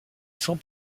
sans